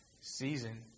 season